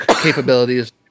capabilities